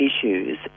issues